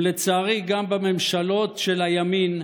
לצערי גם בממשלות של הימין,